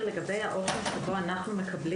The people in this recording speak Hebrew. להסביר קצת לגבי האופן שבו אנחנו מקבלים